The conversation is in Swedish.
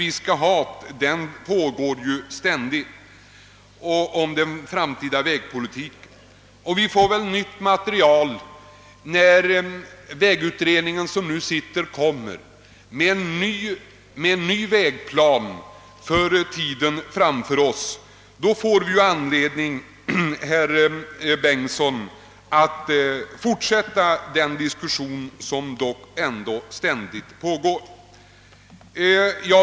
Diskussionen om den framtida vägbyggnadspolitiken och tekniken för vägbyggandet pågår ju ständigt. Vi får väl också nytt material när vägutredningen framlägger sitt förslag till ny vägplan för tiden framför oss. Då, herr Bengtson, får vi anledning att fortsätta den diskussion som ständigt pågår.